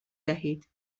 دهید